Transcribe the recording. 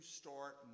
start